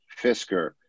Fisker